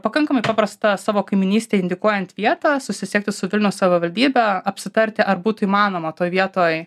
pakankamai paprasta savo kaimynystėj indikuojant vieta susisiekti su vilniaus savivaldybe apsitarti ar būtų įmanoma toj vietoj